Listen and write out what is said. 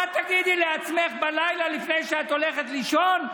מה תגידי לעצמך בלילה לפני שאת הולכת לישון,